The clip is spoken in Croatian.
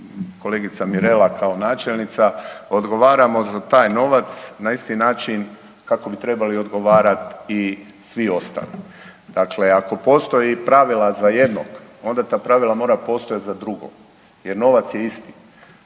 kolegica Mirela kao načelnica odgovaramo za taj novac na isti način kako bi trebali odgovarati i svi ostali. Dakle, ako postoje pravila za jednog, onda ta pravila moraju postojati za drugog, jer novac je isti,